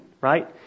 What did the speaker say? right